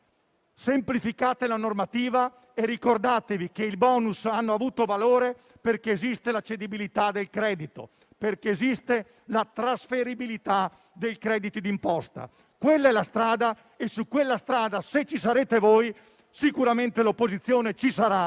semplificate la normativa e ricordatevi che i *bonus* hanno avuto valore perché esiste la cedibilità del credito, perché esiste la trasferibilità dei crediti d'imposta. Quella è la strada e su quella strada, se ci sarete voi, sicuramente l'opposizione ci sarà